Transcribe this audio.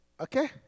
okay